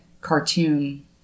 cartoon